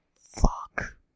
fuck